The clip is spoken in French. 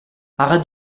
arrête